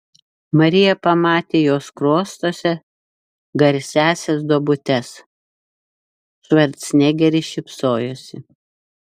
marija pamatė jo skruostuose garsiąsias duobutes švarcnegeris šypsojosi